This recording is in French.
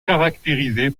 caractérisée